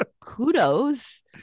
kudos